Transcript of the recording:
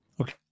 Okay